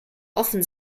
offen